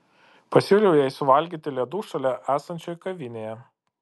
pasiūliau jai suvalgyti ledų šalia esančioj kavinėje